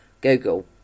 Google